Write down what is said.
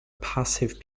passive